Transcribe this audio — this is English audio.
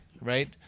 right